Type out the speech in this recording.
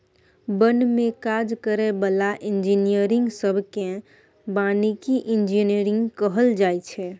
बन में काज करै बला इंजीनियरिंग सब केँ बानिकी इंजीनियर कहल जाइ छै